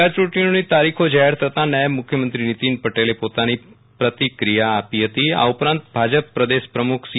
પેટા યુંટણીઓની તારીખો જાહેર થતા નાયબ મુખ્યમંત્રી નીતિન પટેલે પ્રતિક્રિયા આપી હતી આ ઉપરાંત ભાજપ પ્રદેશ પ્રમુખ સી